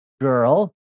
girl